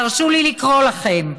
והרשו לי לקרוא לכם: